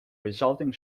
resulting